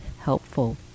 helpful